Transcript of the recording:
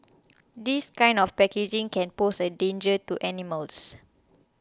this kind of packaging can pose a danger to animals